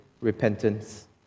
repentance